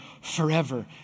forever